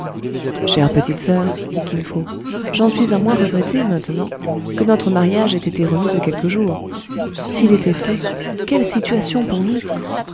chère petite soeur dit kin fo j'en suis à moins regretter maintenant que notre mariage ait été remis de quelques jours s'il était fait quelle situation pour vous